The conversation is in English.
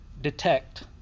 detect